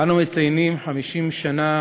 אנו מציינים 50 שנה